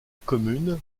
commune